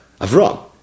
Avram